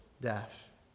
death